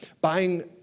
buying